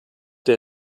der